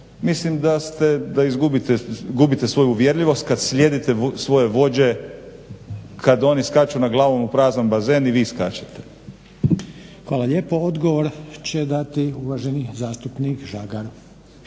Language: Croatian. Mislim da gubite svoju uvjerljivost kada slijedite svoje vođe kada oni skaču na glavu u prazan bazen i vi skačete. **Reiner, Željko (HDZ)** Hvala lijepo. Odgovor će dati uvaženi zastupnik Žagar.